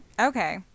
Okay